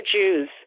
Jews